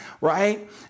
right